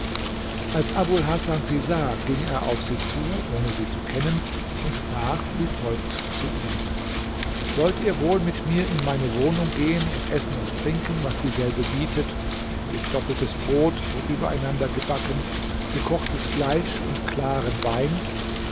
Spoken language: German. als abul hasan sie sah ging er auf sie zu ohne sie zu kennen und sprach wie folgt zu ihnen wollt ihr wohl mit mir in meine wohnung gehen und essen und trinken was dieselbe bietet nämlich doppeltes brot so übereinander gebacken gekochtes fleisch und klaren wein